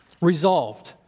resolved